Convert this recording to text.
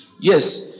Yes